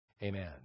Amen